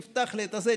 תפתח לי את הזה,